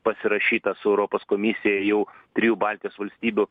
pasirašyta su europos komisija jau trijų baltijos valstybių